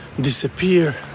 Disappear